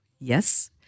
Yes